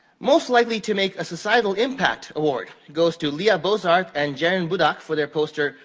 most likely to make a societal impact award goes to leah bozarth and ceren budak for their poster,